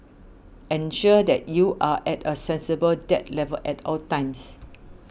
ensure that you are at a sensible debt level at all times